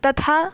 तथा